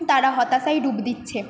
তারা হতাশায় ডুব দিচ্ছে